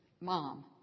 Mom